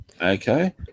Okay